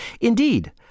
Indeed